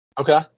Okay